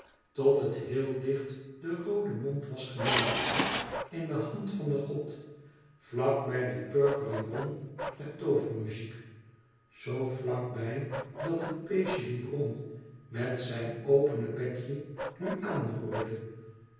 tot het heel dicht den rooden mond was genaderd in de hand van den god vlak bij die purperen bron der toovermuziek zoo vlak bij dat het beestje die bron met zijn opene bekje nu